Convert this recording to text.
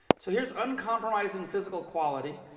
so here's uncompromising physical quality.